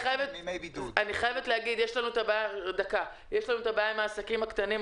יש לנו את הבעיה עם העסקים הקטנים.